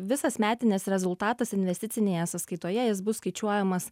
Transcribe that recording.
visas metinis rezultatas investicinėje sąskaitoje jis bus skaičiuojamas